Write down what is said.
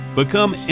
Become